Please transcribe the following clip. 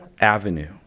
avenue